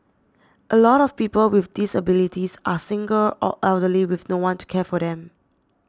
a lot of people with disabilities are single or elderly with no one to care for them